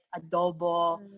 adobo